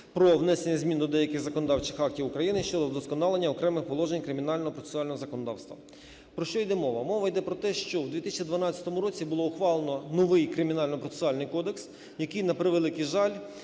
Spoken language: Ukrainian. про внесення змін до деяких законодавчих актів України щодо вдосконалення окремих положень кримінального процесуального законодавства. Про що йде мова. Мова йде про те, що в 2012 році було ухвалено новий Кримінально-процесуальний кодекс, який, на превеликий жаль,